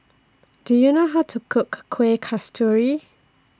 Do YOU know How to Cook Kueh Kasturi